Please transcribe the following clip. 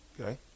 Okay